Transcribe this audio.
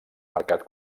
mercat